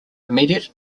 immediate